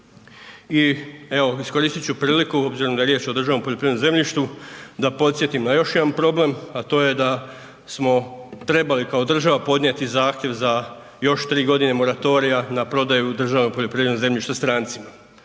I evo, iskoristit ću priliku obzirom da je riječ o državnom poljoprivrednom zemljištu da podsjetim na još jedan problem, a to je da smo trebali kao država podnijeti zahtjev za još 3.g. moratorija na prodaju državnog poljoprivrednog zemljišta strancima.